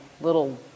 little